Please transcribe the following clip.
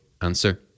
Answer